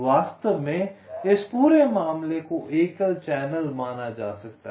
वास्तव में इस पूरे मामले को एकल चैनल माना जा सकता है